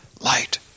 light